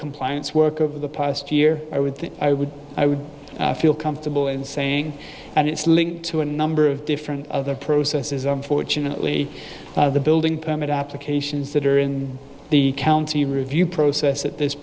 compliance work over the past year i would think i would i would feel comfortable in saying and it's linked to a number of different other processes unfortunately the building permit applications that are in the county review process at this